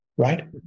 right